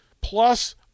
plus